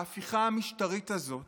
ההפיכה המשטרית הזאת